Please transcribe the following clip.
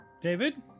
David